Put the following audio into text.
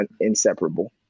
inseparable